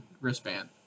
wristband